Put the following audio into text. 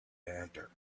enter